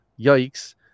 yikes